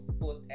put